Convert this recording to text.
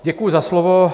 Děkuju za slovo.